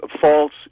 false